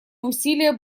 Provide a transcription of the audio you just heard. усилия